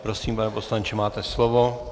Prosím, pane poslanče, máte slovo.